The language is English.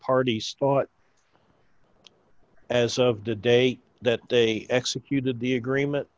parties thought as of the day that they executed the agreement